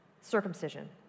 circumcision